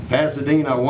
Pasadena